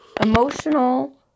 emotional